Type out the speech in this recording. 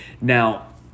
Now